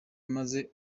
maze